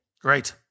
Great